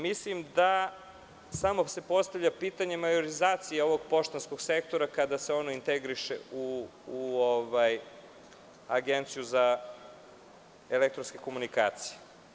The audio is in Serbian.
Mislim da se samo postavlja pitanje majorizacije ovog poštanskog sektora, kada se ono integriše u agenciju za elektronske komunikacije.